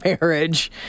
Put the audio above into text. marriage